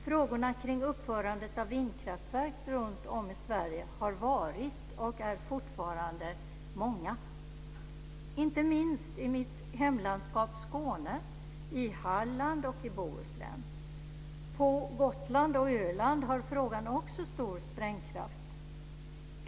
Frågorna kring uppförandet av vindkraftverk runt om i Sverige har varit och är fortfarande många, inte minst i mitt hemlandskap Skåne, i Halland och i Bohuslän. På Gotland och Öland har frågan också stor sprängkraft.